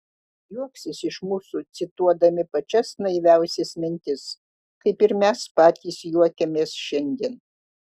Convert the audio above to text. juoksis iš mūsų cituodami pačias naiviausias mintis kaip ir mes patys juokiamės šiandien